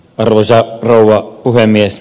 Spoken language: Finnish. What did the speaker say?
arvoisa rouva puhemies